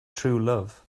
truelove